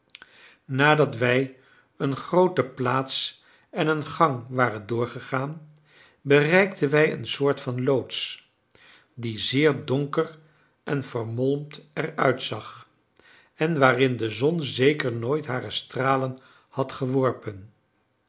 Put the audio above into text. nadat wij een groote plaats en een gang waren doorgegaan bereikten wij een soort van loods die zeer donker en vermolmd er uitzag en waarin de zon zeker nooit hare stralen had geworpen